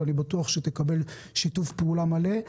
ואני בטוח שתקבל שיתוף פעולה מלא.